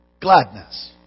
gladness